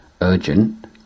urgent